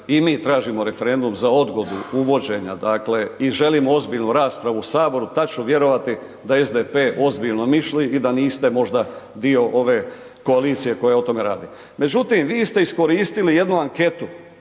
i mi tražimo referendum za odgodu uvođenja dakle i želimo ozbiljnu raspravu u Saboru tada ću vjerovati da SDP ozbiljno misli i da niste možda dio ove koalicije koja o tome radi. Međutim, vi ste iskoristili jednu anketu,